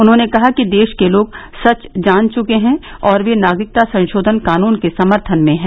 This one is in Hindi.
उन्होंने कहा कि देश के लोग सच जान चुर्के हैं और वे नागरिकता संशोधन कानून के समर्थन में हैं